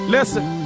Listen